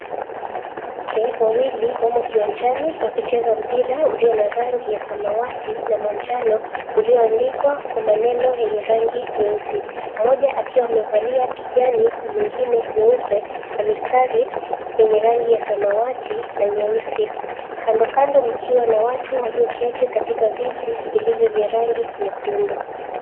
Wanawake wawili wamo kiwanjani wakicheza mpira uliyo na rangi wa samawati na manjano ulioandikwa kwa maneno yenye rangi nyeusi. Mmoja akiwa amevalia kijani na mwingine nyeupe na mistari yenye rangi ya samawati na nyeusi , kandokando mkiwa na watu walioketi katika viti vilivyo vya rangi nyekundu.